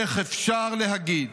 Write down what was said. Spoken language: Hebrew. איך אפשר להגיד